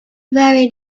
very